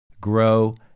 Grow